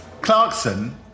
Clarkson